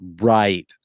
right